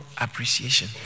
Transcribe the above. appreciation